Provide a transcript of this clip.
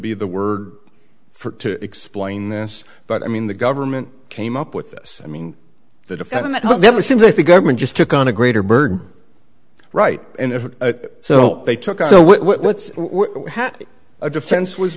be the word for it to explain this but i mean the government came up with this i mean the defendant never seemed like the government just took on a greater burden right so they took out what's a defense was